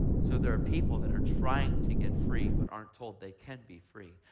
so there are people that are trying to get free, but aren't told they can be free,